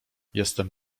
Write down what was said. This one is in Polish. jestem